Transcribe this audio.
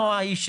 נעה,